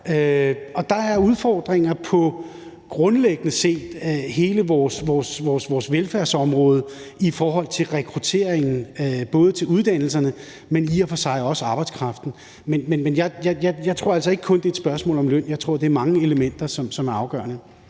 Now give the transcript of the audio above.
set udfordringer på hele vores velfærdsområde, både med hensyn til rekrutteringen til uddannelserne, men i og for sig også arbejdskraften. Men jeg tror altså ikke kun, det er et spørgsmål om løn, jeg tror, det er mange elementer, som er afgørende.